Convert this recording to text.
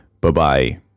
Bye-bye